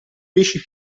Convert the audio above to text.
pesci